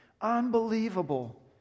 Unbelievable